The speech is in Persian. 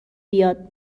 بیاد